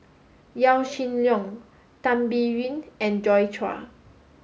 Yaw Shin Leong Tan Biyun and Joi Chua